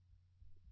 professor Arun K